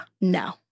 no